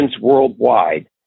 worldwide